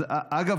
אגב,